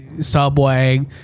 subway